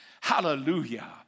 Hallelujah